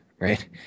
right